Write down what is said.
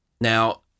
Now